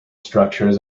structures